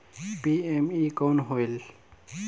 PME कौन होयल?